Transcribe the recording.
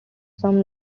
some